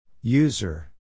User